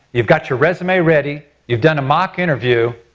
you've got your resume ready, you've done a mock interview,